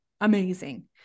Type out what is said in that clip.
amazing